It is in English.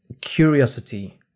curiosity